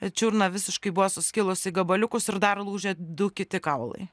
čiurną visiškai buvo suskilusi į gabaliukus ir dar lūžę du kiti kaulai